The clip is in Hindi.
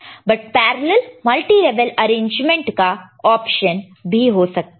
पर पैरॅलल् मल्टी लेवल अरेंजमेंट का ऑप्शन भी हो सकता है